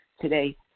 today